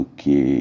que